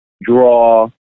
draw